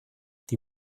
die